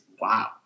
Wow